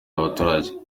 abaturage